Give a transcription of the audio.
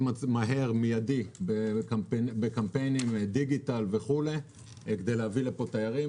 מהר ומידית בקמפיינים עם דיגיטל כדי להביא לפה תיירים,